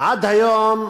עד היום,